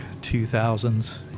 2000s